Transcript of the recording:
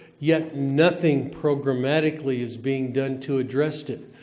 yet nothing programmatically is being done to address it.